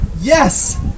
yes